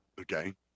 Okay